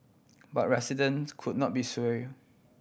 but residents could not be sway you